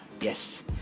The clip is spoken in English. Yes